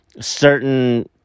certain